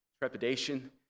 trepidation